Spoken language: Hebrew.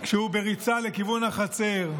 כשהוא בריצה לכיוון החצר,